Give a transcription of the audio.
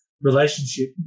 relationship